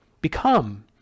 become